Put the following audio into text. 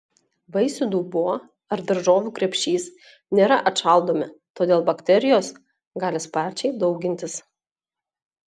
vaisių dubuo ar daržovių krepšys nėra atšaldomi todėl bakterijos gali sparčiai daugintis